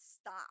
stop